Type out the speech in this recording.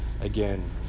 again